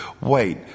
Wait